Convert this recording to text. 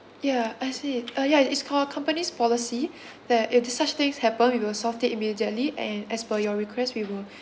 yeah I see uh yeah is for our company's policy that if there's such things happen we will solve it immediately and as per your request we will